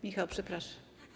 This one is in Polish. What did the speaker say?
Michał, przepraszam.